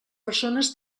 persones